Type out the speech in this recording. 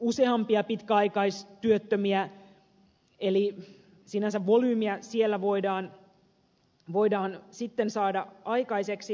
useampia pitkäaikaistyöttömiä eli sinänsä volyymia siellä voidaan sitten saada aikaiseksi